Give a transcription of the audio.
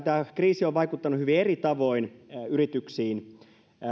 tämä kriisi on vaikuttanut hyvin eri tavoin yrityksiin